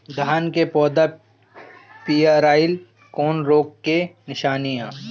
धान के पौधा पियराईल कौन रोग के निशानि ह?